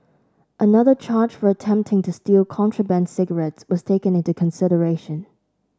another charge for attempting to steal contraband cigarettes was taken into consideration